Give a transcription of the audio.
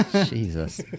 Jesus